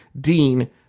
Dean